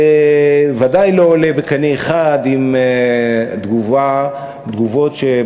ובוודאי לא עולה בקנה אחד עם תגובות בעולם